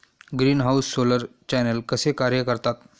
Greenhouse solar channel कसे कार्य करतात?